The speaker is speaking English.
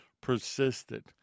persisted